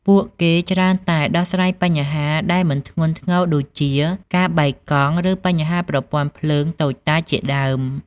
ពួកគេច្រើនតែដោះស្រាយបញ្ហាដែលមិនធ្ងន់ធ្ងរដូចជាការបែកកង់ ឬបញ្ហាប្រព័ន្ធភ្លើងតូចតាចជាដើម។